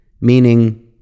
meaning